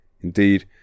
Indeed